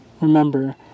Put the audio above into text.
remember